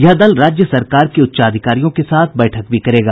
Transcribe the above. यह दल राज्य सरकार के उच्चाधिकारियों के साथ बैठक भी करेगा